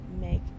make